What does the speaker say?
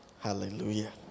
Hallelujah